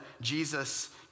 Jesus